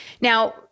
now